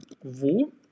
wo